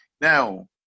Now